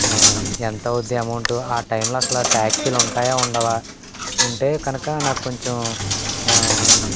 ఎంతవుద్ది amount ఆ టైంలో అస్సలు ట్యాక్సీలు ఉంటాయా ఉండవా ఉంటే కనుక నాకు కొంచెం